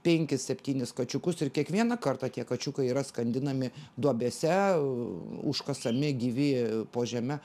penkis septynis kačiukus ir kiekvieną kartą tie kačiukai yra skandinami duobėse užkasami gyvi po žeme